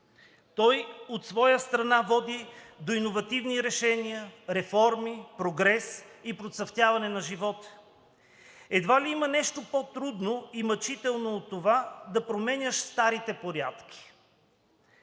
Той, от своя страна, води до иновативни решения, реформи, прогрес и процъфтяване на живота. Едва ли има нещо по-трудно и мъчително от това да променяш старите порядки